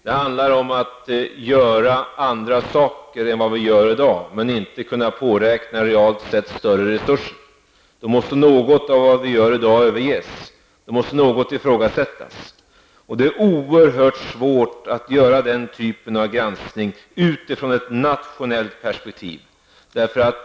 Det handlar om att göra andra saker än vad vi gör i dag, utan att kunna påräkna realt sett större resurser. Något av det vi gör i dag måste ifrågasättas och överges. Det är oerhört svårt att göra den typen av granskning utifrån ett nationellt perspektiv.